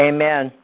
Amen